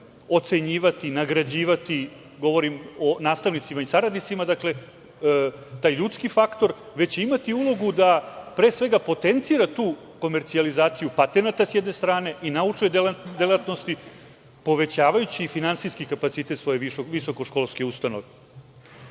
ocenjivati, nagrađivati, govorim o nastavnicima i saradnicima, taj ljudski faktor, već će imati ulogu da potencira tu komercijalizaciju patenata, sa jedne strane, i naučne delatnosti, povećavajući finansijski kapacitet svoje visokoškolske ustanove.U